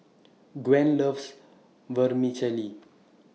Gwen loves Vermicelli